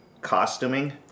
costuming